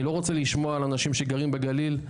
אני לא רוצה לשמוע על אנשים שגרים בגליל,